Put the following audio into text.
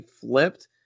flipped